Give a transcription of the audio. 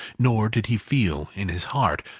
nor did he feel, in his heart,